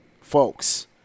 Folks